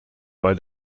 bei